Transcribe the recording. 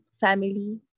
family